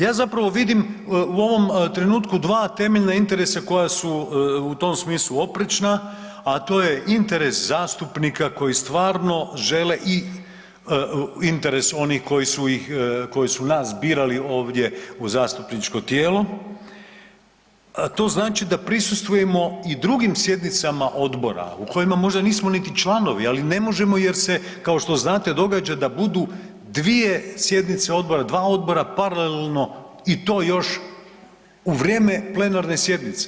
Ja zapravo vidim u ovom trenutku dva temeljna interesa koja su u tom smislu oprečna, a to je interes zastupnika koji stvarno žele i u interesu onih koji su nas birali ovdje u zastupničko tijelo, to znači da prisustvujemo i drugim sjednicama odbora u kojima možda nismo niti članovi, ali ne možemo jer se kao što znate događa da budu dvije sjednice odbora, dva odbora paralelno i to još u vrijeme plenarne sjednice.